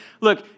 Look